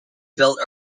built